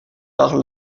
par